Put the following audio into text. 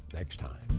next time.